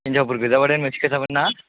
हिनजावफोर गोजाबाथाय मोनसे खोथामोन ना